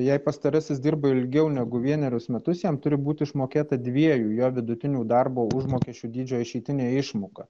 jei pastarasis dirba ilgiau negu vienerius metus jam turi būti išmokėta dviejų jo vidutinių darbo užmokesčių dydžio išeitinė išmoka